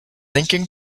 lincoln